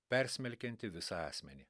persmelkianti visą asmenį